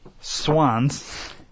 Swans